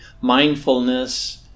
mindfulness